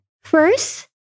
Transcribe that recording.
first